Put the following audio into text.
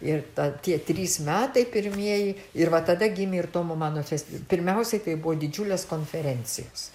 ir ta tie trys metai pirmieji ir va tada gimė ir tomo mano fest pirmiausiai tai buvo didžiulės konferencijos